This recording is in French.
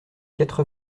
quatre